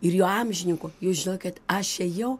ir jo amžininko jūs žinokit aš ėjau